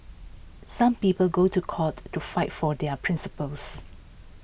some people go to court to fight for their principles